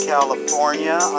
California